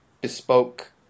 bespoke